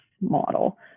model